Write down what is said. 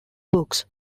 books